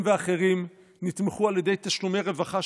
הם ואחרים נתמכו על ידי תשלומי רווחה,